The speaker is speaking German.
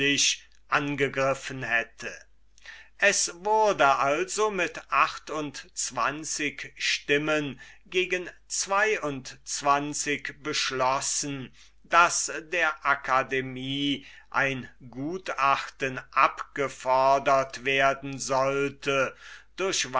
angegriffen hätte es wurde also mit achtundzwanzig stimmen gegen zweiundzwanzig beschlossen daß der akademie ein gutachten abgefodert werden sollte